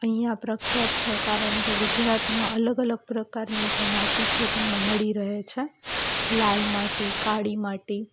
અહીંયા પ્રખ્યાત છે કારણ કે ગુજરાતમાં અલગ અલગ પ્રકારની જે માટી છે તમને મળી રહે છે લાલ માટી કાળી માટી